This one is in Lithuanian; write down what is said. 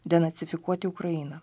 denacifikuoti ukrainą